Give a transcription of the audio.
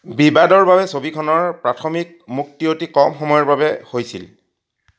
বিবাদৰ বাবে ছবিখনৰ প্ৰাথমিক মুক্তি অতি কম সময়ৰ বাবে হৈছিল